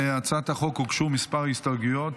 להצעת החוק הוגשו כמה הסתייגויות.